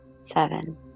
seven